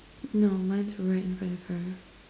no mine is right in front of her